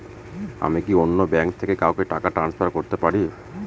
আমি কি অন্য ব্যাঙ্ক থেকে কাউকে টাকা ট্রান্সফার করতে পারি?